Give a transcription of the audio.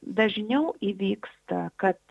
dažniau įvyksta kad